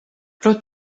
pro